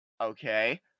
okay